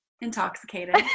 intoxicated